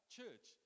church